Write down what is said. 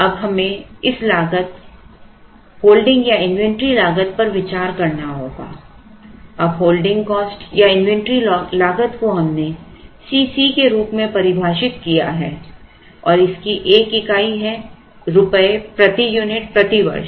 अब हमें इस लागत होल्डिंग या इन्वेंट्री लागत पर विचार करना होगा अब होल्डिंग कॉस्ट या इन्वेंट्री लागत को हमने C c के रूप में परिभाषित किया है और इसकी एक इकाई है रुपये प्रति यूनिट प्रति वर्ष